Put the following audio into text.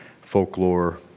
folklore